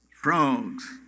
Frogs